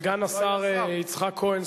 סגן השר יצחק כהן,